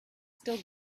still